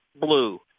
blue